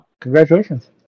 Congratulations